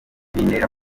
bintera